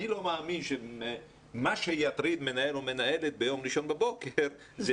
אני לא מאמין שמה שיטריד מנהל או מנהלת ביום ראשון בבוקר זה